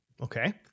Okay